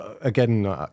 Again